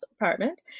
apartment